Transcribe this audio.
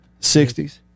60s